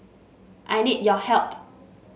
I need your help